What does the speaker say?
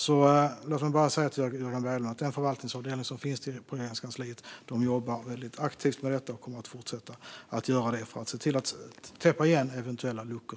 Låt mig säga till Jörgen Berglund att den förvaltningsavdelning som finns på Regeringskansliet jobbar väldigt aktivt med detta och kommer att fortsätta att göra det för att se till att täppa igen eventuella luckor.